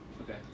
Okay